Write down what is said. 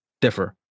differ